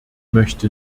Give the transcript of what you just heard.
möchte